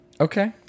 Okay